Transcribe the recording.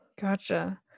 Gotcha